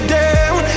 down